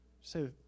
Say